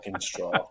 straw